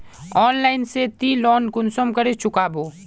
Online से ती loan कुंसम करे चुकाबो?